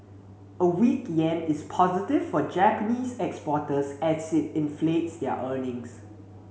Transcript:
a weak yen is positive for Japanese exporters as it inflates their earnings